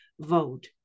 vote